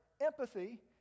empathy